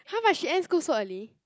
!huh! but she end school so early